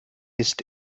ist